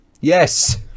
yes